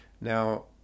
Now